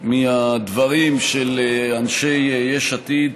מהדברים של אנשי יש עתיד